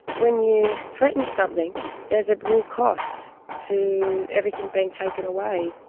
when you threaten something, there's a real cost to everything being taken away.